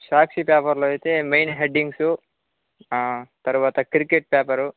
సాక్షి పేపర్లో అయితే main headings తరువాత క్రికెట్ పేపరు